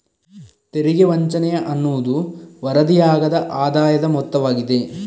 ತೆರಿಗೆ ವಂಚನೆಯ ಅನ್ನುವುದು ವರದಿಯಾಗದ ಆದಾಯದ ಮೊತ್ತವಾಗಿದೆ